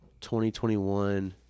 2021